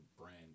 brand